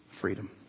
freedom